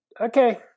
okay